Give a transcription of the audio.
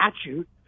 statute